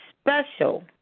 special